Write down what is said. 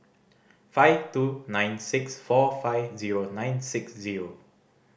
five two nine six four five zero nine six zero